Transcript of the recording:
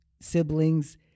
siblings